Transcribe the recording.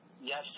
yes